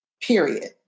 period